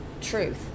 truth